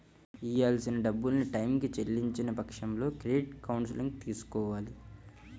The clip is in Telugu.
ఇయ్యాల్సిన డబ్బుల్ని టైయ్యానికి చెల్లించని పక్షంలో క్రెడిట్ కౌన్సిలింగ్ తీసుకోవాలి